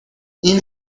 این